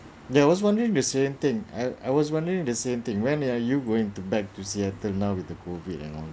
yeah I was wondering the same thing I was wondering the same thing when you are you going to back to seattle now with the COVID and all that